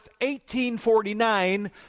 1849